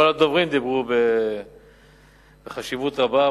כל הדוברים דיברו דברים בעלי חשיבות רבה.